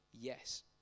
yes